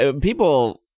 people